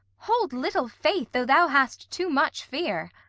hold little faith, though thou has too much fear.